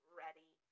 ready